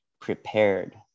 prepared